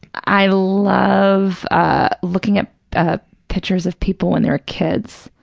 i love ah looking at ah pictures of people when they were kids,